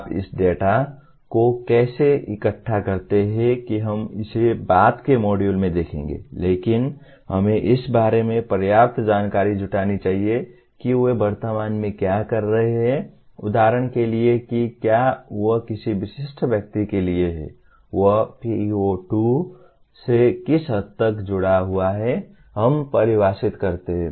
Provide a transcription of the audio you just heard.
आप इस डेटा को कैसे इकट्ठा करते हैं कि हम इसे बाद के मॉड्यूल में देखेंगे लेकिन हमें इस बारे में पर्याप्त जानकारी जुटानी चाहिए कि वे वर्तमान में क्या कर रहे हैं उदाहरण के लिए कि क्या वह किसी विशिष्ट व्यक्ति के लिए है वह PEO2 से किस हद तक जुड़ा हुआ है हम परिभाषित करते हैं